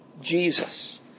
Jesus